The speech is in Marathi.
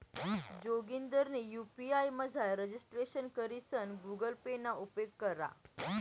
जोगिंदरनी यु.पी.आय मझार रजिस्ट्रेशन करीसन गुगल पे ना उपेग करा